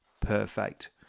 perfect